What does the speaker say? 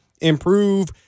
improve